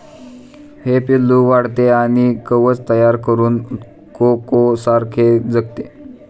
हे पिल्लू वाढते आणि कवच तयार करून कोकोसारखे जगते